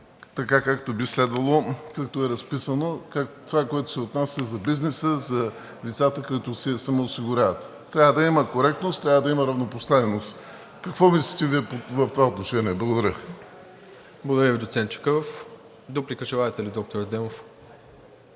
така, както би следвало, както е разписано – това, което се отнася за бизнеса, за лицата, които се самоосигуряват? Трябва да има коректност, трябва да има равнопоставеност. Какво мислите Вие в това отношение? Благодаря Ви. ПРЕДСЕДАТЕЛ МИРОСЛАВ ИВАНОВ: Благодаря Ви, доцент Чакъров. Дуплика желаете ли, доктор Адемов?